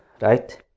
right